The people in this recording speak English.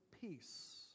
peace